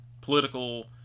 political